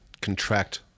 contract